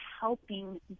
helping